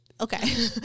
okay